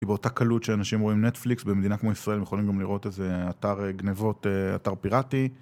כי באותה קלות שאנשים רואים נטפליקס במדינה כמו ישראל, הם יכולים גם לראות איזה אתר גנבות, אתר פיראטי